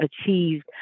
achieved